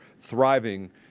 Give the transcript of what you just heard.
thriving